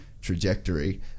trajectory